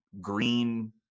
Green